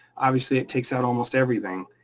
obviously it takes out almost everything.